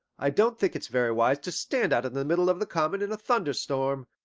i don't think it's very wise to stand out in the middle of the common in a thunderstorm.